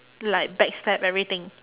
like back stab everything